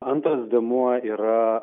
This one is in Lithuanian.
antras dėmuo yra